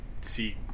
see